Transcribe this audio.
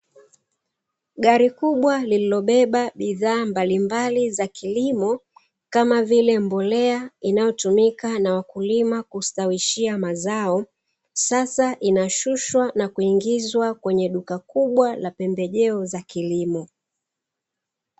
Gari kubwa lililobeba bidhaa mbalimbali za kilimo kama vile mbolea inayotumika na wakulima kustawishia mazao, sasa inashushwa na kuingizwa kwenye duka kubwa la pembejeo za kilimo.